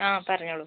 ആ പറഞ്ഞോളൂ